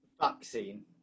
Vaccine